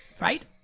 right